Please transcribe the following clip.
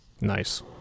Nice